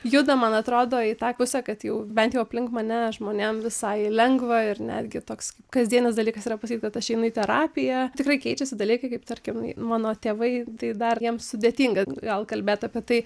judam man atrodo į tą pusę kad jau bent jau aplink mane žmonėm visai lengva ir netgi toks kaip kasdienis dalykas yra pasakyt kad aš einu į terapiją tikrai keičiasi dalykai kaip tarkim mano tėvai tai dar jiems sudėtinga gal kalbėt apie tai